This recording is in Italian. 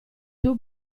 tuo